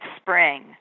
Spring